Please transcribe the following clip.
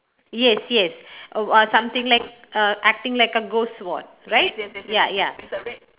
yes yes uh something like uh acting like a ghost one right ya ya